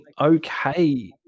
okay